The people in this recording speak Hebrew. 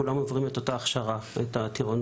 כולם עוברים את אותה הכשרה וטירונות.